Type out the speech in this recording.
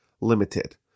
limited